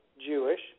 Jewish